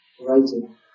writing